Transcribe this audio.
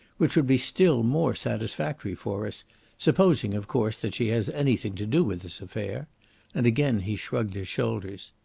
which would be still more satisfactory for us supposing, of course, that she has anything to do with this affair and again he shrugged his shoulders.